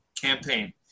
campaign